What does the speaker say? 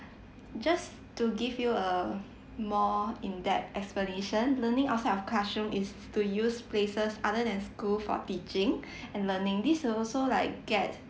just to give you a more in depth explanation learning outside of classroom is to use places other than school for teaching and learning this will also like get